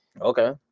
Okay